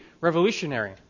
revolutionary